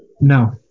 No